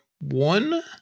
One